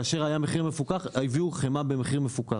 כאשר היה מחיר מפוקח, הביאו חמאה במחיר מפוקח.